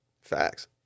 Facts